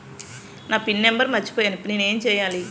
నా PIN number మర్చిపోయాను ఇప్పుడు నేను ఎంచేయాలి?